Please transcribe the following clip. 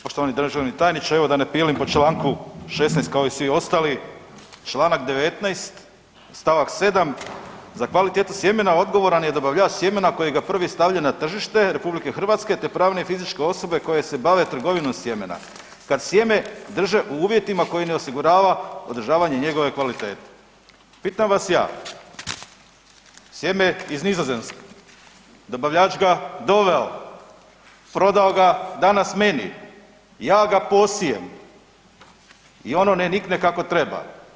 Poštovani državni tajniče, da ne pilim po čl. 16. kao i svi ostali, čl. 19. stavak 7., „Za kvalitetu sjemena, odgovoran je dobavljač sjemena koji ga prvi stavlja na tržište RH te pravne i fizičke osobe koje se bave trgovinom sjemena kad sjeme drže u uvjetima koji ne osigurava održavanje njegove kvalitete.“ Pitam vas ja, smjene iz Nizozemske, dobavljač ga doveo, prodao ga danas meni, ja ga posijem i ono ne nikne kako treba.